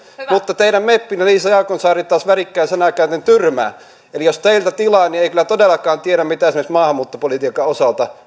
mutta teidän meppinne liisa jaakonsaari taas värikkäin sanakääntein tyrmää eli jos teiltä tilaa niin ei kyllä todellakaan tiedä mitä esimerkiksi maahanmuuttopolitiikan osalta